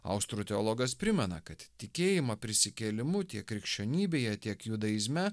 austrų teologas primena kad tikėjimą prisikėlimu tiek krikščionybėje tiek judaizme